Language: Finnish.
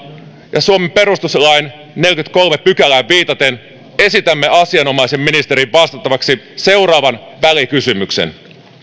ja suomen perustuslain neljänteenkymmenenteenkolmanteen pykälään viitaten esitämme asianomaisen ministerin vastattavaksi seuraavan välikysymyksen